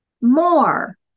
more